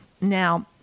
Now